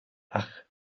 ach